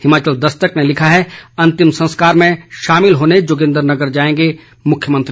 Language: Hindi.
हिमाचल दस्तक ने लिखा है अंतिम संस्कार में शामिल होने जोगिंद्रनगर जाएंगे मुख्यमंत्री